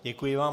Děkuji vám.